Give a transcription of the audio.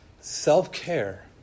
self-care